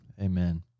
amen